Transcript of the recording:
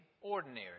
ordinary